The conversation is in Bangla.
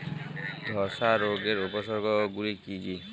ধসা রোগের উপসর্গগুলি কি কি?